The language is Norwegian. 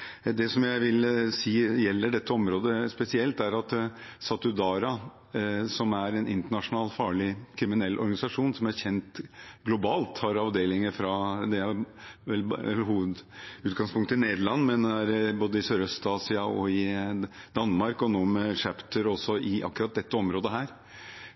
alle som har hatt ordet, var inne på. Det jeg vil si at gjelder dette området spesielt, er at Satudarah – som er en internasjonal farlig, kriminell organisasjon som er kjent globalt, og har hovedutgangspunkt i Nederland, men som er både i Sørøst-Asia og i Danmark – nå har et «chapter» også i akkurat dette området,